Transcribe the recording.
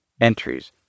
entries